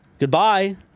Goodbye